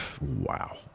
wow